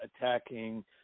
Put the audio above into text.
attacking